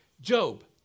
Job